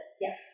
yes